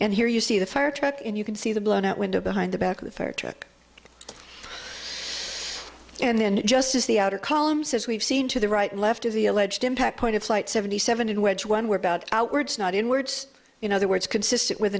and here you see the fire truck and you can see the blown out window behind the back of the fire truck and then just as the outer columns as we've seen to the right left of the alleged impact point of flight seventy seven in which one were about outwards not in words in other words consistent with